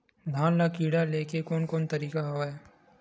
धान ल कीड़ा ले के कोन कोन तरीका हवय?